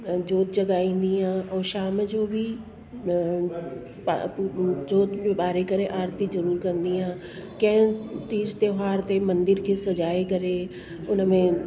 ज्योत जॻाईंदी आहियां ऐं शाम जो बि ज्योत बि ॿारे करे आरती ज़रूरु कंदी आहियां कंहिं तीज त्योहार ते मंदर खे सॼाए करे उनमें